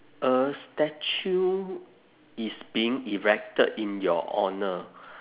a statue is being erected in your honour